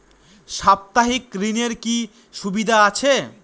সাপ্তাহিক ঋণের কি সুবিধা আছে?